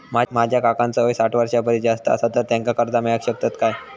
माझ्या काकांचो वय साठ वर्षां परिस जास्त आसा तर त्यांका कर्जा मेळाक शकतय काय?